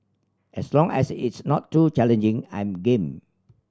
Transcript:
as long as it's not too challenging I'm game